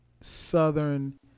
Southern